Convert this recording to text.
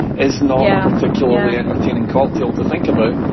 is not a particularly entertaining cocktail to think about.